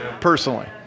personally